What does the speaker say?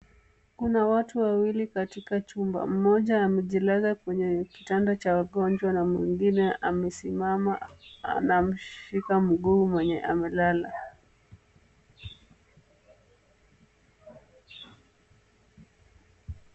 Kuna watu wawili katika chumba, mmoja amejilaza kwenye kitanda cha wagonjwa na mwingine amesimama anamshika mguu mwenye amelala.